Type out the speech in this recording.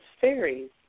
fairies